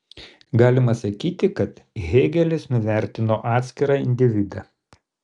galima sakyti kad hėgelis nuvertino atskirą individą